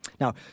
Now